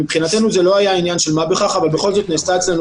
מבחינתנו זה לא היה עניין של מה בכך אבל בכל זאת נעשתה אצלנו